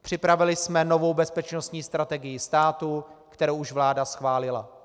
Připravili jsme novou bezpečnostní strategii státu, kterou už vláda schválila.